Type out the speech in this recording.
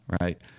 right